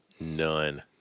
None